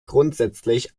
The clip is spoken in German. grundsätzlich